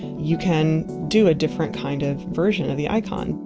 you can do a different kind of version of the icon.